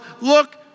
look